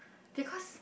because